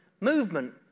movement